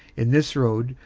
in this road,